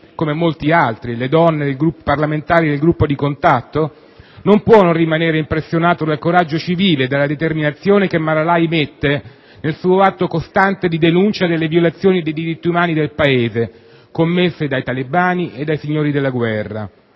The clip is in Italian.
come molte altre donne parlamentari del Gruppo di contatto, non può non rimanere impressionato dal coraggio civile e dalla determinazione che Malalai mette nel suo atto costante di denuncia delle violazioni dei diritti umani del Paese commesse dai talebani e dai signori della guerra.